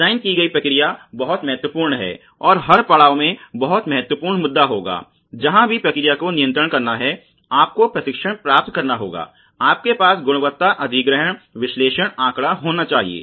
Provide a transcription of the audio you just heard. design की गई प्रक्रिया बहुत महत्वपूर्ण है और हर पड़ाव में बहुत महत्वपूर्ण मुद्दा होगा जहां भी प्रक्रिया को नियंत्रण करना है आपको प्रशिक्षण प्राप्त करना होगा आपके पास गुणवत्ता अधिग्रहण विश्लेषण आँकड़ा होना चाहिए